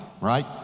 right